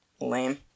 Lame